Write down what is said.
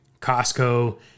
Costco